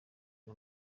nta